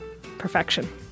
Perfection